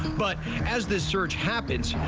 but as this surge happens,